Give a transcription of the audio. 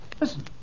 Listen